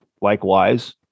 likewise